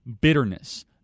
bitterness